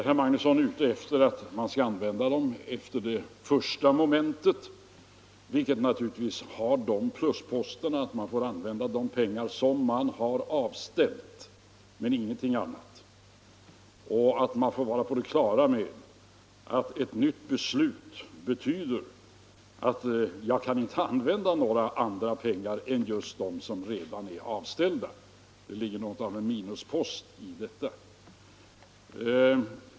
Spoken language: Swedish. Herr Magnusson är ute efter att man skall använda dem efter det första momentet, vilket naturligtvis har den plusposten att man får använda de pengar som man har avställt, helt och fullt. Man får vara på det klara med att ett beslut betyder att inga andra pengar kan användas än just de som redan är avställda. Det ligger något av en minuspost i detta.